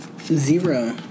Zero